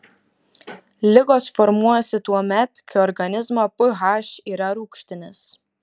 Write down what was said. ligos formuojasi tuomet kai organizmo ph yra rūgštinis